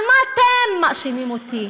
על מה כן מאשימים אותי?